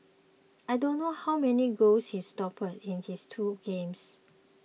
I don't know how many goals he stopped in his two games